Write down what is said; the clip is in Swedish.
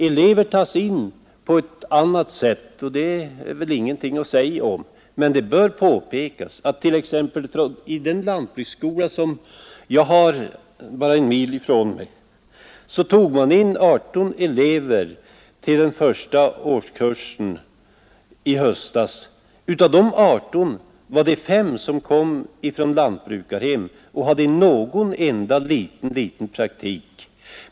Elever tas in på ett annat sätt, och det är väl ingenting att säga om, men det bör påpekas att man t.ex. vid den lantbruksskola som ligger bara en mil från min bostadsort tog in 18 elever till första årskursen i höstas och att av dessa 18 bara 5 kom från lantbrukarhem och hade någon praktik.